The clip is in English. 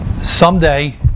Someday